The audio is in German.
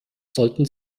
sollten